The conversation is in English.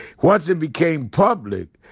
once it became public,